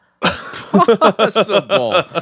possible